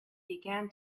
began